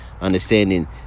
understanding